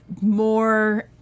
More